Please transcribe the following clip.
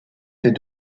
des